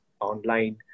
online